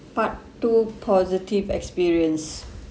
part two positive experience